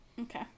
Okay